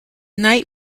night